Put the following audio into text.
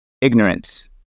ignorance